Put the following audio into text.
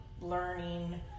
learning